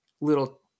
little